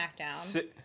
SmackDown